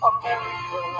America